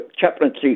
chaplaincy